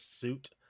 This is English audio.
suit